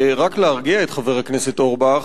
רק להרגיע את חבר הכנסת אורבך,